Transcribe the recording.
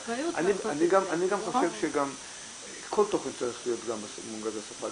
אני גם חושב שכל תוכן צריך להיות מונגש בשפה,